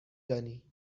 دانی